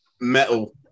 Metal